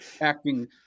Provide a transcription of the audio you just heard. acting